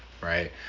right